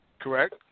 Correct